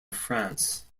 france